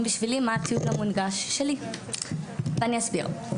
בשבילי מה הציוד המונגש שלי ואני אסביר,